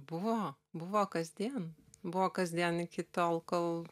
buvo buvo kasdien buvo kasdien iki tol kol